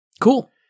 Cool